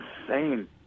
insane